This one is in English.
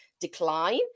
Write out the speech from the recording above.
decline